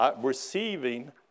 receiving